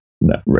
No